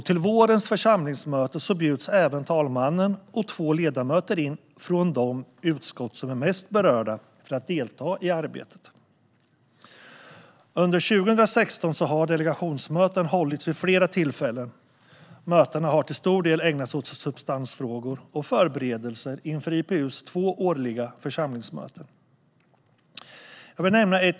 Till vårens församlingsmöte bjuds även talmannen och två ledamöter, från de utskott som är mest berörda, in för att delta i arbetet. Under 2016 har delegationsmöten hållits vid flera tillfällen. Mötena har till stor del ägnats åt substansfrågor och förberedelser inför IPU:s två årliga församlingsmöten.